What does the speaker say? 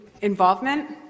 involvement